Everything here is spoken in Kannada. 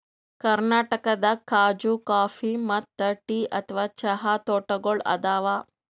ಕರ್ನಾಟಕದಾಗ್ ಖಾಜೂ ಕಾಫಿ ಮತ್ತ್ ಟೀ ಅಥವಾ ಚಹಾ ತೋಟಗೋಳ್ ಅದಾವ